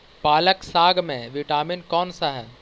पालक साग में विटामिन कौन सा है?